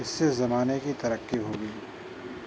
اس سے زمانے کی ترقی ہوگی